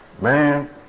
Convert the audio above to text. Man